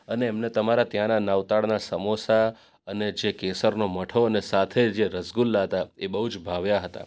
અને એમને તમારા ત્યાંના નવતાડનાં સમોસા અને જે કેસરનો મઠો અને સાથે જ જે રસગુલ્લા હતા એ બહુ જ ભાવ્યા હતા